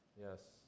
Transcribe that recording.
Yes